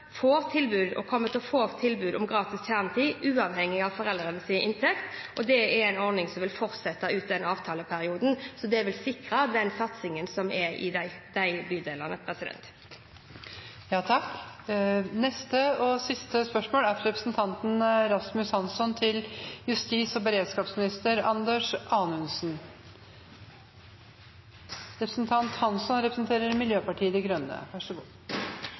tilbud og kommer til å få tilbud om gratis kjernetid uavhengig av foreldrenes inntekt. Det er en ordning som vil fortsette ut den avtaleperioden, så det vil sikre den satsingen som er i de bydelene. Det er hyggelig å snakke med justisministeren om noe hyggelig: «Regjeringen har bevilget 3 mill. kr til dyrepoliti i 2015. Når bevis sikres og